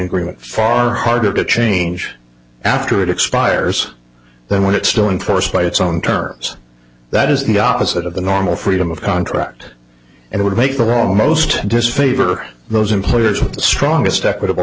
agreement far harder to change after it expires than when it's still in force by its own terms that is the opposite of the normal freedom of contract and would make the wrong most disfavor those employers with the strongest equitable